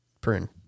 Prune